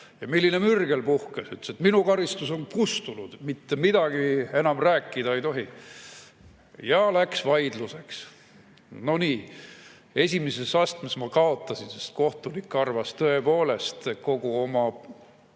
Ja milline mürgel puhkes! Ta ütles, et tema karistus on kustunud, mitte midagi enam rääkida ei tohi. Ja läks vaidluseks. No nii, esimeses astmes ma kaotasin, sest kohtunik arvas tõepoolest kogu oma